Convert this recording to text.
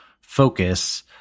focus